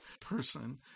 person